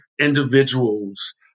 individuals